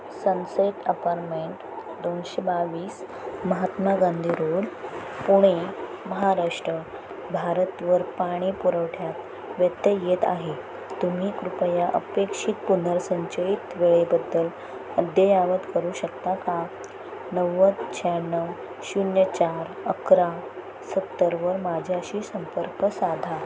sunset apartment दोनशे बावीस Mahatma Gandhi road Pune Maharashtra भारतवर पाणी पुरवठ्यात व्यत्यय येत आहे तुम्ही कृपया अपेक्षित पुनर्संचयित वेळेबद्दल अद्ययावत करू शकता का नव्वद शहाण्णव शून्य चार अकरा सत्तरवर माझ्याशी संपर्क साधा